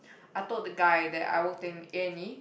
I told the guy that I work in A and E